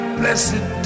blessed